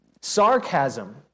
Sarcasm